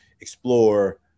explore